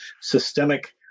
systemic